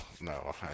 No